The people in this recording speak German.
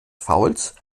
fouls